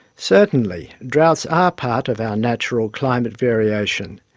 certainly droughts are part of our natural climate variation,